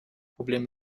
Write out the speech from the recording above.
problem